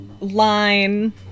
line